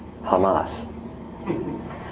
Hamas